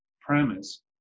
premise